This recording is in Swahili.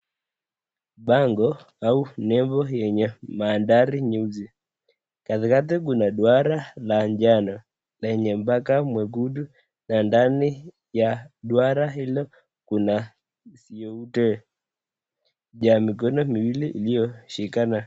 Bango au nembo yenye mandhari nyuzi. Katikati kuna duara la njano lenye mpaka mweusi na ndani ya duara hilo kuna siute. Ja migono miwili iliyoshikana.